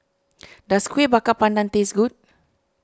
does Kueh Bakar Pandan taste good